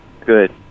Good